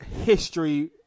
...history